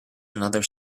another